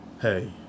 hey